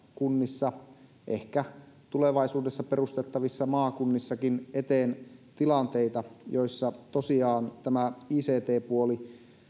kunnissa ehkä tulevaisuudessa perustettavissa maakunnissakin on tulossa eteen tilanteita joissa tosiaan tämä ict puoli